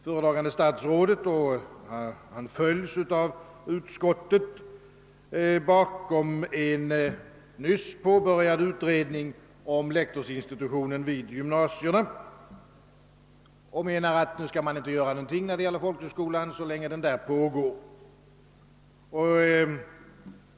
Föredragande statsrådet liksom utskottet hänvisar till en nyligen påbörjad utredning om lektorsinstitutionen vid gymnasierna och anser, att man inte skall göra någonting när det gäller folkhögskolan så länge denna utredning pågår.